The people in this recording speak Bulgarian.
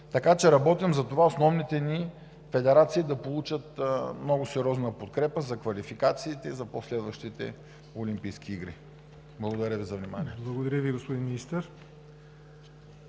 Така че работим за това основните ни федерации да получат много сериозна подкрепа за квалификациите и за по-следващите Олимпийски игри. Благодаря Ви за вниманието. ПРЕДСЕДАТЕЛ ЯВОР НОТЕВ: Благодаря Ви, господин Министър.